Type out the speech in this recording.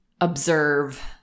observe